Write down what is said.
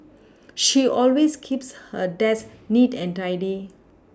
she always keeps her desk neat and tidy